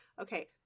Okay